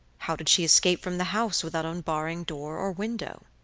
how did she escape from the house without unbarring door or window?